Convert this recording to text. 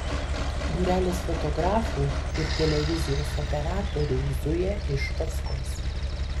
būrelis fotografų ir televizijos operatorių zuja iš paskos